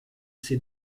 ces